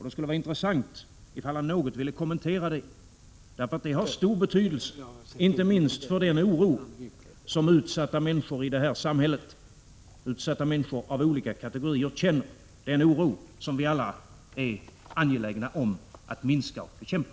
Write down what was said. Det skulle vara intressant ifall Evert Svensson något ville kommentera det. Det har nämligen stor betydelse inte minst för den oro som utsatta människor av olika kategorier här i samhället känner och som vi alla är angelägna om att minska och bekämpa.